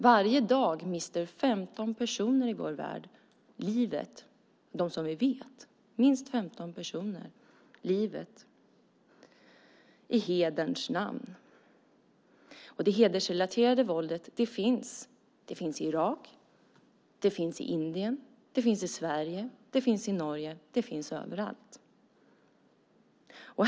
Varje dag mister minst 15 personer i vår värld livet i hederns namn. Det hedersrelaterade våldet finns i Irak, det finns i Indien, det finns i Sverige och det finns i Norge. Det finns överallt.